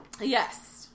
yes